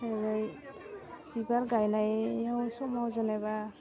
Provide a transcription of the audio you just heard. जेरै बिबार गायनायाव समाव जेनेबा